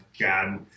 God